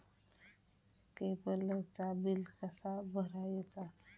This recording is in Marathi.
केबलचा बिल कसा भरायचा?